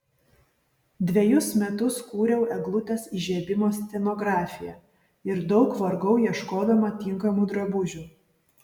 dvejus metus kūriau eglutės įžiebimo scenografiją ir daug vargau ieškodama tinkamų drabužių